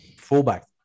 fullback